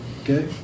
Okay